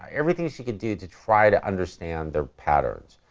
everything she could do to try to understand their patterns.